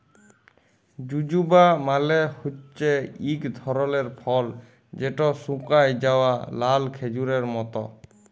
জুজুবা মালে হছে ইক ধরলের ফল যেট শুকাঁয় যাউয়া লাল খেজুরের মত